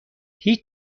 هیچ